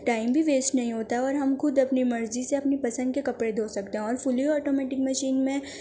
time بھی waste نہیں ہوتا اور ہم خود اپنی مرضی سے اپنی پسند کے کپڑے دھو سکتے ہیں اور فلی آٹومیٹک مشین میں